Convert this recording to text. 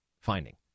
finding